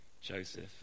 Joseph